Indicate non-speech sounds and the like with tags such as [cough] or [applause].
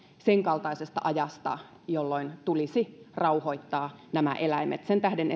sen kaltaisesta ajasta jolloin tulisi rauhoittaa nämä eläimet sen tähden [unintelligible]